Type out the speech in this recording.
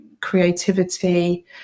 creativity